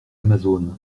amazon